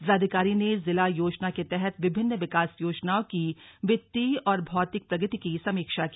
जिलाधिकारी ने जिला योजना के तहत विभिन्न विकास योजनाओं की वित्तीय और भौतिक प्रगति की समीक्षा की